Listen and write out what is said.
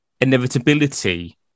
inevitability